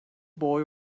boy